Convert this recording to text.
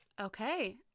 Okay